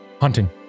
Hunting